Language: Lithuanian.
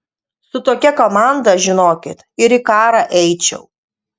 su tokia komanda žinokit ir į karą eičiau